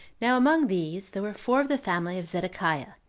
now among these there were four of the family of zedekiah,